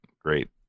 great